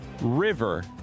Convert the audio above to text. river